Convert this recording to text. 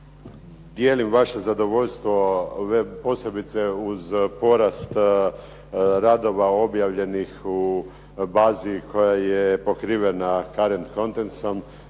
dijelim vaše zadovoljstvo posebice uz porast radova objavljenih u bazi koja je pokrivena Caren Countreisom-